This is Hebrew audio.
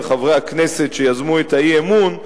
על חברי הכנסת שיזמו את האי-אמון,